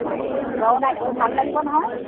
বহুত দিন যোৱাও নাই গৈ ভাল লাগিব নহয়